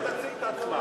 אולי תציג את עצמה.